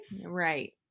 right